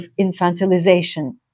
infantilization